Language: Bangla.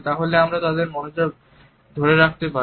তাহলে আমরা তাদের মনোযোগ ধরে রাখতে পারি